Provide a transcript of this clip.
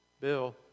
Bill